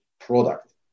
product